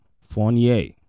Fournier